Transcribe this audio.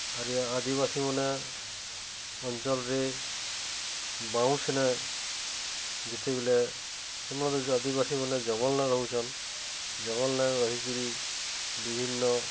ଆର୍ ଇ ଆଦିବାସୀମାନେ ଅଞ୍ଚଳରେ ବାଉଁସ୍ ନେ ଯେତେବେଲେ ସେମାନେ ଆଦିବାସୀମାନେ ଜଙ୍ଗଲନେ ରହୁଛନ୍ ଜଙ୍ଗଲନେ ରହିକିରି ବିଭିନ୍ନ